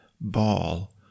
ball